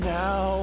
now